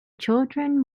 children